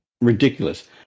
Ridiculous